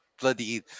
bloody